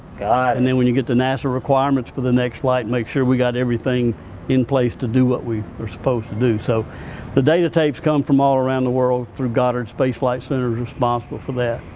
and then when you get the nasa requirements for the next flight, make sure we got everything in place to do what we were supposed to do, so the data tapes come from all around the world through goddard space flight center's responsible for that,